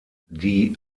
die